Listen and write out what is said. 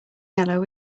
yellow